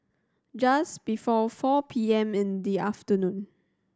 just before four P M in the afternoon